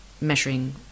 measuring